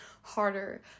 harder